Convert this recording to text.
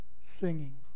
singing